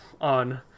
on